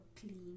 clean